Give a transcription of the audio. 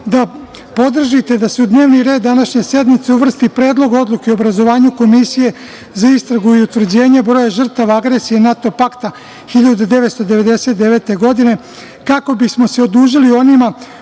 da podržite da se u dnevni red današnje sednice uvrsti Predlog odluke o obrazovanju komisije za istragu i utvrđenje broja žrtava agresije NATO pakta 1999. godine, kako bismo se odužili onima